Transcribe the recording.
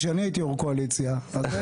כשאני הייתי יושב-ראש קואליציה --- אני